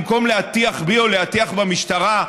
במקום להטיח בי או להטיח במשטרה,